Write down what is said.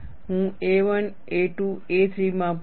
હું a1 a2 a3 માપું છું